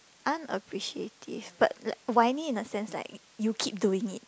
unappreciative but like whiny in the sense like you keep doing it